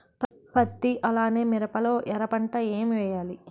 పత్తి అలానే మిరప లో ఎర పంట ఏం వేయాలి?